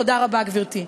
תודה רבה, גברתי.